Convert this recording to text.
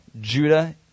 Judah